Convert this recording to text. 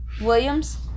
Williams